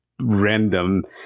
random